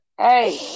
Hey